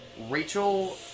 Rachel